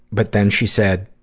but then she said,